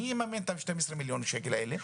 מי יממן את ה-12 מיליון שקל האלה?